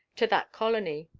to that colony,